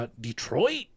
Detroit